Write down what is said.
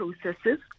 processes